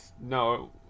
No